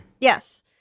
Yes